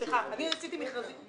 סליחה, עשיתי מכרזים.